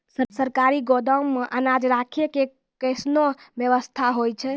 सरकारी गोदाम मे अनाज राखै के कैसनौ वयवस्था होय छै?